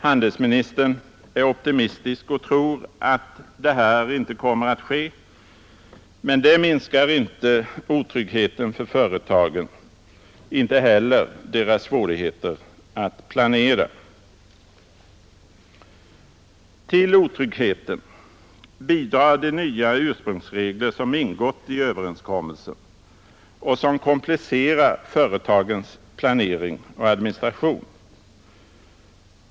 Handelsministern är optimistisk och tror att det här inte kommer att ske, men det minskar inte otryggheten för företagen, inte heller deras svårigheter att planera Till otryggheten bidrar de nya ursprungsregler som ingått i överenskommelsen och som komplicerar företagens planering och administration.